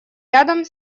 рядом